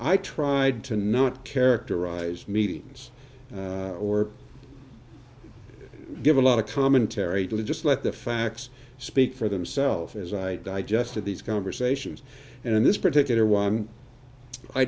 i tried to not characterize meetings or give a lot of commentary to just let the facts speak for themselves as i digested these conversations and this particular one i